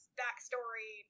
backstory